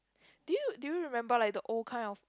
do you do you remember like the old kind of